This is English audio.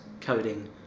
coding